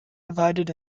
divided